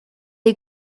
est